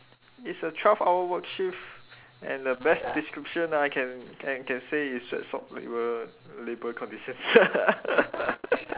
it's a twelve hour work shift and the best description I can can can say it's sweatshop labour labour conditions